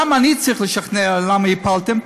למה אני צריך לשכנע למה הפלתם?